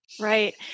Right